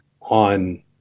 on